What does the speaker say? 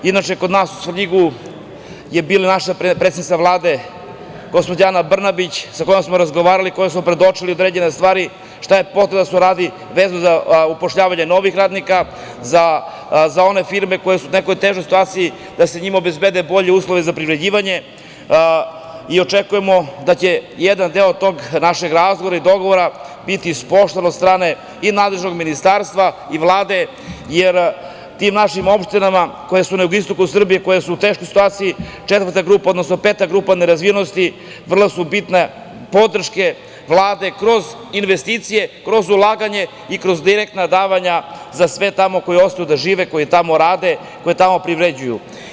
Inače, kod nas u Svrljigu je bila predsednica Vlade, gospođa Ana Brnabić sa kojom smo razgovarali i kojoj smo predočili određene stvari šta je potrebno da se uradi vezano za zapošljavanje novih radnika za one firme koje su u nekoj težoj situaciji, da im se obezbede bolji uslovi za privređivanje i očekujemo da će jedan deo tog našeg razgovora i dogovora biti ispoštovan od strane i nadležnog ministarstva i Vlade, jer tim našim opštinama koje su na jugoistoku Srbije, koje su u teškoj situaciji, peta grupa nerazvijenosti, vrlo im je bitna podrška Vlade kroz investicije, kroz ulaganje i kroz direktna davanja za sve tamo koji ostanu da žive, koji tamo rade, koji tamo privređju.